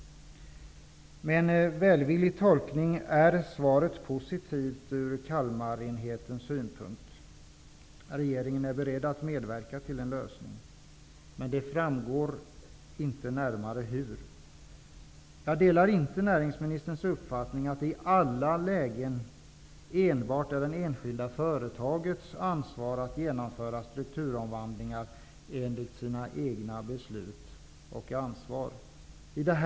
Med en välvillig tolkning är svaret positivt ur Kalmarenhetens synpunkt. Regeringen är beredd att medverka till en lösning, men det framgår inte närmare hur. Jag delar inte näringsministerns uppfattning att det i alla lägen enbart är det enskilda företagets ansvar att genomföra sturkturomvandlingar enligt sina egna bedömanden och beslut.